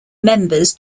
members